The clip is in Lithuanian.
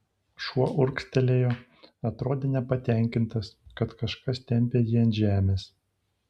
šuo urgztelėjo atrodė nepatenkintas kad kažkas tempia jį ant žemės